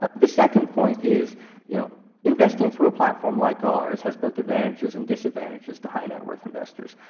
ah the second point is you know investing through a platform like ours has both advantages and disadvantages to high net worth investors.